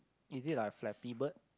is it like a Flappy-Bird